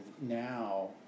now